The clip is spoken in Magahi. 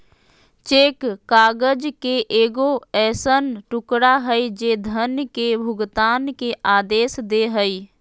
चेक काग़ज़ के एगो ऐसन टुकड़ा हइ जे धन के भुगतान के आदेश दे हइ